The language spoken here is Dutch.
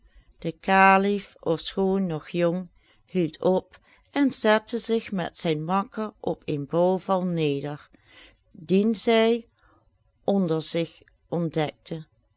de kalif ofschoon nog jong hield op en zette zich met zijn makker op een bouwval neder dien zij onder zich ontdekten